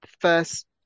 first